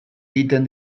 egiten